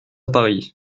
paris